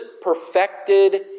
perfected